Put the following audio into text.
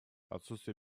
отсутствие